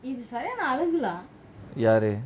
யாரு:yaru